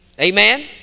amen